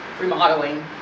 remodeling